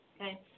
okay